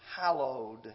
Hallowed